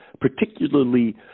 particularly